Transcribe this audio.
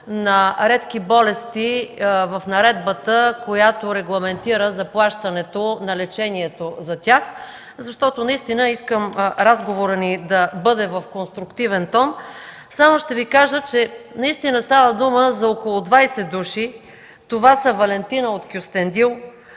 на редки болести в наредбата, регламентираща заплащането за тях, защото искам разговорът ни да бъде в конструктивен тон. Само ще Ви кажа, че наистина става дума за около двадесет души. Това са Валентина от Кюстендил,